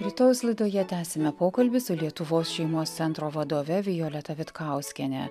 rytojaus laidoje tęsime pokalbį su lietuvos šeimos centro vadove violeta vitkauskiene